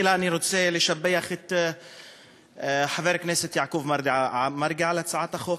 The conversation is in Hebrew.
תחילה אני רוצה לשבח את חבר הכנסת יעקב מרגי על הצעת החוק.